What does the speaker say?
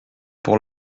pour